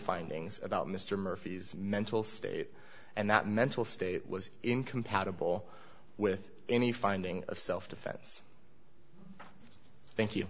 findings about mr murphy's mental state and that mental state was incompatible with any finding of self defense thank you